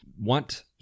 want